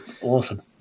awesome